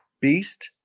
Beast